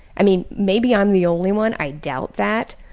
i mean, maybe i'm the only one, i doubt that.